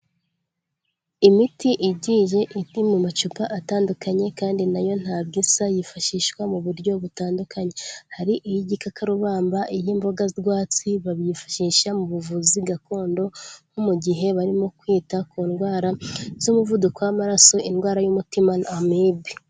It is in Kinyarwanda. Imiti igiye iri mu macupa atandukanye kandi nayo ntabwo isa yifashishwa mu buryo butandukanye. Hari iy'igikarubamba iy'imboga rwatsi babifashisha mu buvuzi gakondo, nko mu gihe barimo kwita ku ndwara z'umuvuduko w'amaraso, indwara y'umutima na amibe.